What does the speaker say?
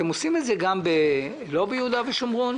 אתם עושים את זה גם לא ביהודה ושומרון?